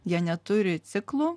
jie neturi ciklų